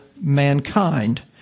mankind